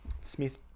Smith